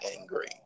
Angry